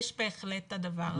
יש בהחלט את הדבר הזה.